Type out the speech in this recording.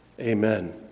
Amen